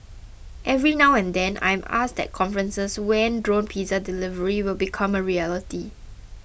every now and then I am asked at conferences when drone pizza delivery will become a reality